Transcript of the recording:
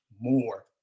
more